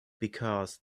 because